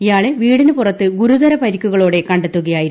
ഇയാളെ വീടിനു പുറത്ത് ഗുരുതര പരിക്കുകളോടെ കണ്ടെത്തുകയായിരുന്നു